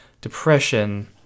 depression